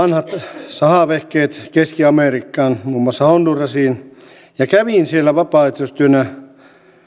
vanhat sahavehkeet keski amerikkaan muun muassa hondurasiin ja kävin siellä vapaaehtoistyönä